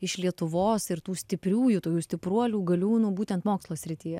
iš lietuvos ir tų stipriųjų tokių stipruolių galiūnų būtent mokslo srityje